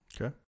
okay